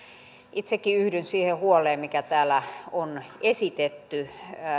itsekin yhdyn siihen huoleen mikä täällä on esitetty